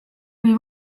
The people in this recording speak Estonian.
või